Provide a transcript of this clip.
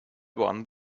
one